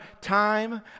time